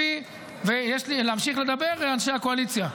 להמשיך לדבר, אנשי הקואליציה?